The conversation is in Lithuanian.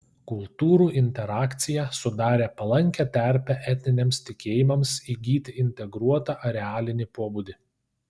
kultūrų interakcija sudarė palankią terpę etniniams tikėjimams įgyti integruotą arealinį pobūdį